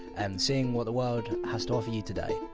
and seeing what the world has to offer you today.